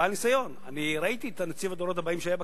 כבעל ניסיון: ראיתי את נציב הדורות הבאים שהיה בכנסת.